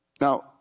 Now